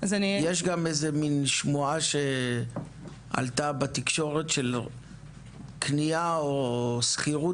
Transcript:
יש גם שמועה שעלתה בתקשורת על קנייה או שכירות